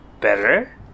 better